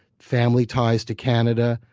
family ties to canada.